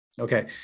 Okay